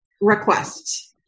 requests